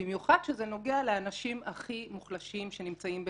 ובמיוחד כשזה נוגע לאנשים הכי מוחלשים שנמצאים בחובות.